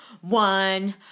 One